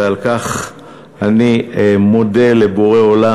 ועל כך אני מודה לבורא עולם,